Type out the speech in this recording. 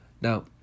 now